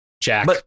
Jack